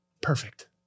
perfect